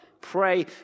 Pray